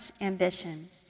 ambition